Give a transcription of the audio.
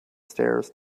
stairs